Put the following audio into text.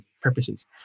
purposes